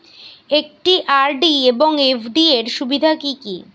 একটি আর.ডি এবং এফ.ডি এর সুবিধা কি কি?